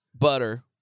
Butter